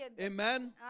Amen